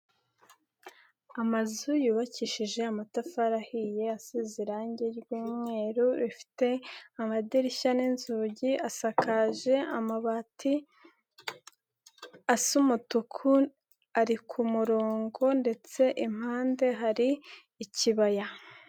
Amazu yubakishije amatafari ahiye asize irangi ry'umweru rifite amadirishya nzugi, asakaje amabati asa umutuku, ari ku murongo ndetse impande hari ikibaya.